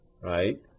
right